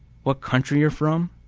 what country you're from,